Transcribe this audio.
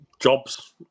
jobs